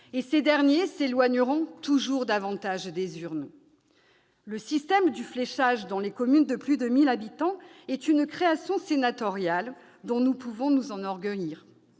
et ces derniers s'éloigneront toujours davantage des urnes ... Le système du fléchage pour les communes de plus de 1 000 habitants est une création sénatoriale dont nous pouvons nous enorgueillir.